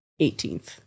18th